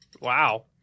Wow